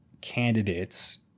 candidates